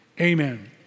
amen